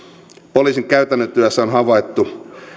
poliisin käytännön työssä on havaittu